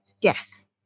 Yes